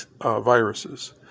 viruses